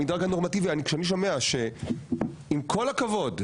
במדרג הנורמטיבי אני תמיד שומע שעם כול הכבוד,